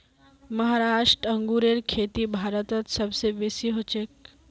महाराष्ट्र अंगूरेर खेती भारतत सब स बेसी हछेक